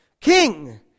king